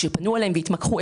כשפנו אליהן והתמקחו,